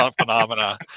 phenomena